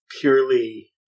purely